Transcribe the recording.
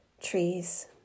trees